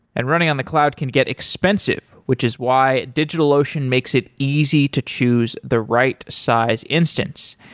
and running on the cloud can get expensive, which is why digitalocean makes it easy to choose the right size instance.